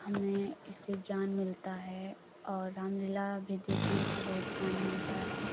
हमें इससे ज्ञान मिलता है और रामलीला भी देखने से बहुत ज्ञान मिलता है